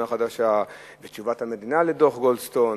החדשה ותשובת המדינה לדוח-גולדסטון,